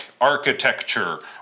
architecture